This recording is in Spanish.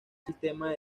sistema